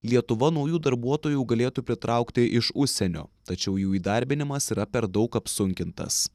lietuva naujų darbuotojų galėtų pritraukti iš užsienio tačiau jų įdarbinimas yra per daug apsunkintas